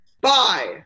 Bye